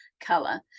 color